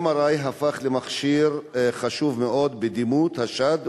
ה-MRI הפך למכשיר חשוב מאוד בדימות השד,